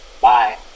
Bye